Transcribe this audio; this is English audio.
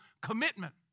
commitment